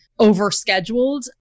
overscheduled